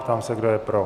Ptám se, kdo je pro.